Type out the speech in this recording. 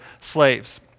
slaves